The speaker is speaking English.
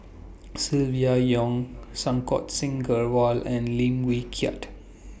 Silvia Yong Santokh Singh Grewal and Lim Wee Kiak